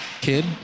kid